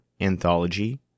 anthology